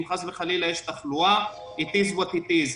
אם חס וחלילה יש תחלואה It is what it is.